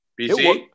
BC